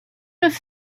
have